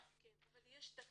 כן, אבל יש תקציב,